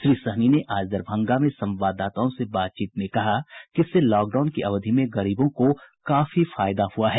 श्री सहनी ने आज दरभंगा में संवाददाताओं से बातचीत में कहा कि इससे लॉकडाउन की अवधि में गरीबों को काफी फायदा हुआ है